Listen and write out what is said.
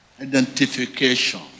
identification